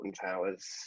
Towers